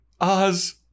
Oz